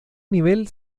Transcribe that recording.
nivel